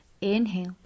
inhale